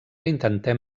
intentem